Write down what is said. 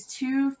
two